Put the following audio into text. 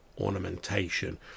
ornamentation